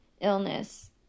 Illness